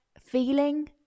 feeling